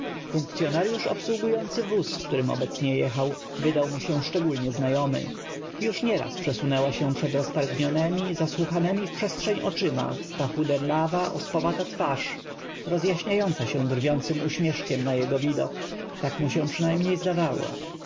ruchu funkcyonaryusz obsługujący wóz którym obecnie jechał wydał mu się szczególnie zna jomy już nieraz przesunęła mu się przed roztargnionemi zasłuchanemi w przestrzeń oczyma ta chuderlawa ospowata twarz roz jaśniająca się drwiącym uśmieszkiem na jego widok tak mu się przynajmniej zdawało